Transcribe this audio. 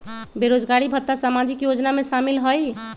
बेरोजगारी भत्ता सामाजिक योजना में शामिल ह ई?